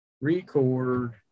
Record